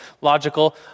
logical